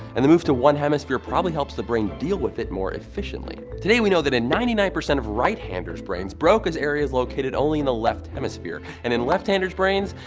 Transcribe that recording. and the move to one hemisphere probably helps the brain deal with it more efficiently. today we know that in ninety nine percent of right-handers' brains, broca's area is located only in the left hemisphere. and in left-handers' brains,